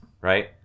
right